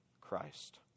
Christ